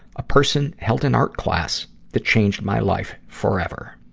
a person held an art class that changed my life forever.